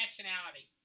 Nationality